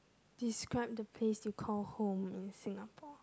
describe the place you call home in Singapore